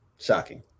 shocking